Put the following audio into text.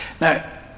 Now